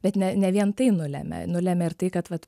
bet ne ne vien tai nulemia nulemia ir tai kad vat